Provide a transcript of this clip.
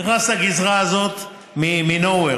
הוא נכנס לגזרה הזאת מ-nowhere.